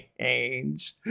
change